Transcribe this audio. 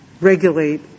regulate